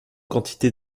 quantité